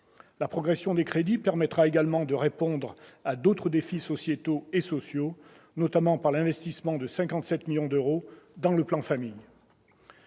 La progression des crédits permettra également de répondre à d'autres défis sociétaux et sociaux, notamment par l'investissement de 57 millions d'euros dans le plan Famille.